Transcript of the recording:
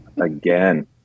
again